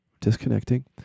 disconnecting